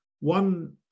One